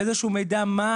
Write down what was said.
כמו שדני ציין,